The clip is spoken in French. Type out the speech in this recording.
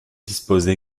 disposent